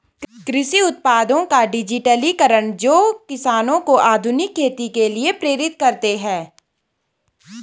कृषि उत्पादों का डिजिटलीकरण जो किसानों को आधुनिक खेती के लिए प्रेरित करते है